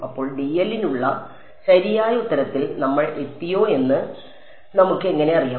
അപ്പോൾ dl നുള്ള ശരിയായ ഉത്തരത്തിൽ നമ്മൾ എത്തിയോ എന്ന് നമുക്ക് എങ്ങനെ അറിയാം